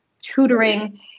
tutoring